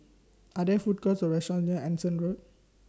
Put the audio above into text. Are There Food Courts Or restaurants near Anson Road